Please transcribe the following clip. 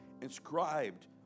inscribed